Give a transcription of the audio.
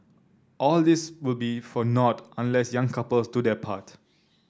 all this will be for naught unless young couples do their part